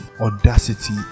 Audacity